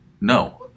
No